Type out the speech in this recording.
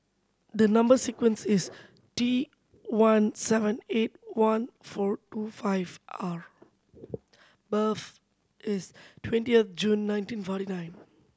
the number sequence is T one seven eight one four two five R birth is twentieth June nineteen forty nine